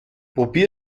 probier